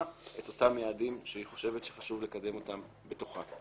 את אותם יעדים שהיא חושבת שחשוב לקדם אותם בתוכה.